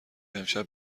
امشب